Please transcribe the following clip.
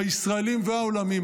הישראליים והעולמיים,